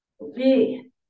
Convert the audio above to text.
Okay